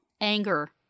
Anger